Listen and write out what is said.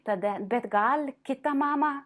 tada bet gal kita mama